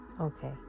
Okay